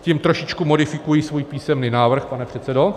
Tím trošičku modifikuji svůj písemný návrh, pane předsedo.